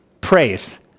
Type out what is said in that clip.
Praise